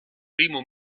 primo